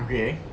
okay